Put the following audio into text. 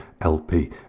LP